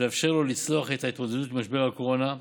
ולאפשר לו לצלוח את ההתמודדות עם משבר הקורונה,